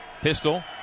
Pistol